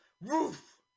roof